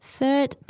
Third